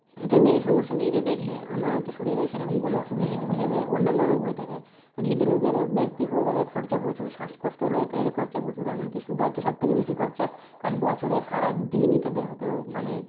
সুতরাং এই সমস্যার দিক দিয়ে দেখলে আমার হয়তো শরীরে সেরকম কোনো অসুবিধা নেই কিন্তু যাদের অন্যান্য রোগ হয়ে থাকে হৃদরোগেরও ব্যক্তি হলেও তাদের খরচা প্রচুর শ্বাসকষ্ট হলেও তাদের খরচা প্রচুর এমনকি সুগার তো সবথেকে বেশি খরচা কারণ বছরে সারা দিনই তাদের হয়তো মানে